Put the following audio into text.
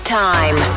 time